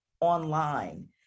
online